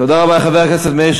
תודה רבה לחבר הכנסת